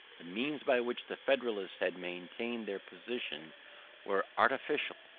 the means by which the federalists had maintained their position were artificial,